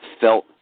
felt